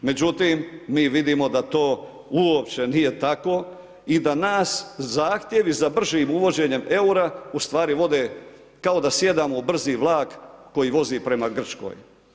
Međutim, mi vidimo da to uopće nije tako i da nas zahtjevi za bržim uvođenjem eura, ustvari vode kao da sjedamo u brzi vlak koji vozi za Grčkom.